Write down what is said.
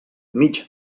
mig